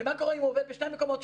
ומה קורה אם הוא עובד בשני מקומות,